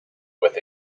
with